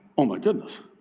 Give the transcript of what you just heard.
oh, my goodness.